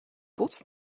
bus